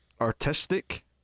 artistic